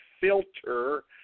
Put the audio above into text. filter